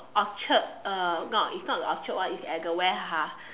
Orchard uh no it's not the Orchard one it's at the where ha